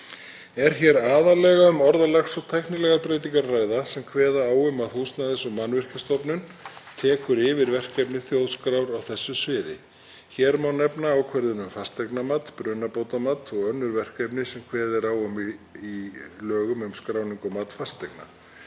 Er hér aðallega um orðalagsbreytingar að ræða sem kveða á um að Húsnæðis- og mannvirkjastofnun tekur yfir verkefni Þjóðskrár á þessu sviði. Hér má nefna ákvörðun um fasteignamat, brunabótamat og önnur verkefni sem kveðið er á um í lögum um skráningu og mat fasteigna.